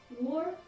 war